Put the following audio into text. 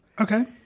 Okay